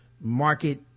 market